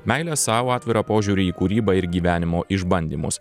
meilę sau atvirą požiūrį į kūrybą ir gyvenimo išbandymus